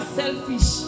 selfish